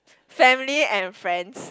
family and friends